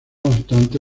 obstante